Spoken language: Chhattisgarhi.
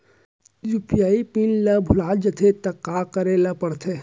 यू.पी.आई पिन ल भुला जाथे त का करे ल पढ़थे?